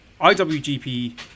IWGP